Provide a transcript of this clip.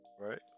right